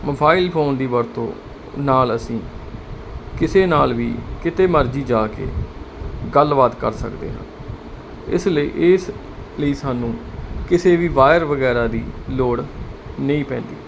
mobile phone ਦੀ ਵਰਤੋਂ ਨਾਲ ਅਸੀਂ ਕਿਸੇ ਨਾਲ ਵੀ ਕਿਤੇ ਮਰਜ਼ੀ ਜਾ ਕੇ ਗੱਲਬਾਤ ਕਰ ਸਕਦੇ ਸਕਦੇ ਇਸ ਲਈ ਇਸ ਲਈ ਸਾਨੂੰ ਕਿਸੇ ਵੀ ਵਾਇਰ ਵਗੈਰਾ ਦੀ ਲੋੜ ਨਹੀਂ ਪੈਂਦੀ